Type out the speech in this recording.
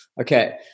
Okay